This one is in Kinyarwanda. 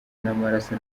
n’amaraso